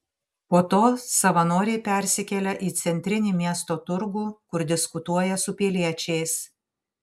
po to savanoriai persikelia į centrinį miesto turgų kur diskutuoja su piliečiais